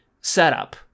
setup